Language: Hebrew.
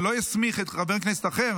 ולא הסמיך חבר כנסת אחר